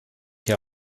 hier